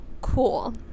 cool